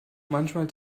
manchmal